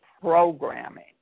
programming